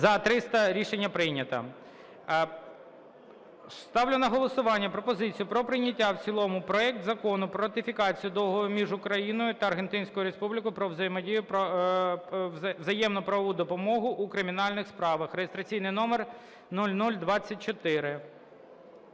За-300 Рішення прийнято. Ставлю на голосування пропозицію про прийняття в цілому проекту Закону про ратифікацію Договору між Україною та Аргентинською Республікою про взаємну правову допомогу у кримінальних справах (реєстраційний номер 0024).